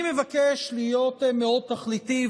אני מבקש להיות מאוד תכליתי,